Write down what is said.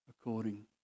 according